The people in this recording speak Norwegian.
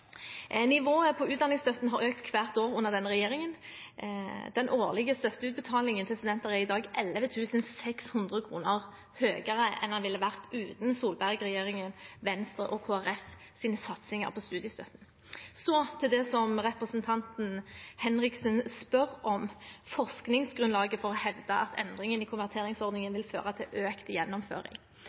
Nivået på utdanningsstøtten har økt hvert år under denne regjeringen. Den årlige støtteutbetalingen til studenter er i dag 11 600 kr høyere enn den ville vært uten Solberg-regjeringen, Venstre og Kristelig Folkepartis satsinger på studiestøtten. Så til det som representanten Henriksen spør om: forskningsgrunnlaget for å hevde at endringen i konverteringsordningen vil føre til økt gjennomføring.